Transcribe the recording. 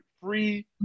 free